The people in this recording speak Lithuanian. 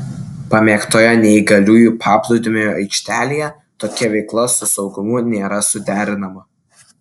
pamėgtoje neįgaliųjų paplūdimio aikštelėje tokia veikla su saugumu nėra suderinama